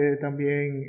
también